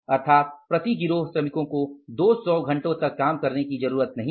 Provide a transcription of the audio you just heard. अर्थात प्रति गिरोह श्रमिको को 200 घंटों तक काम करने की जरुरत नहीं है